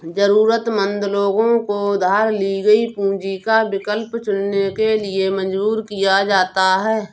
जरूरतमंद लोगों को उधार ली गई पूंजी का विकल्प चुनने के लिए मजबूर किया जाता है